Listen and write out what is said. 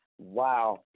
Wow